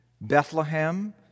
Bethlehem